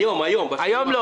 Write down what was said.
היום לא.